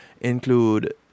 include